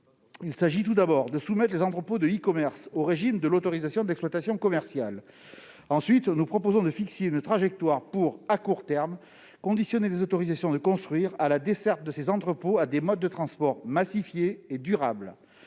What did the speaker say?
Il s'agit, tout d'abord, de soumettre les entrepôts de e-commerce au régime de l'autorisation d'exploitation commerciale. Il faudrait aussi fixer une trajectoire pour conditionner, à court terme, les autorisations de construire à la desserte de ces entrepôts par des modes de transport massifiés et durables.